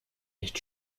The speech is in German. nicht